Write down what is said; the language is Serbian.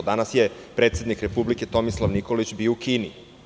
Danas je predsednik Republike Tomislav Nikolić bio u Kini.